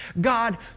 God